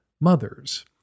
mothers